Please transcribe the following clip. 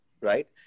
right